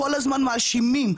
כל הזמן אתם מאשימים.